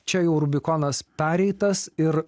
čia jau rubikonas pereitas ir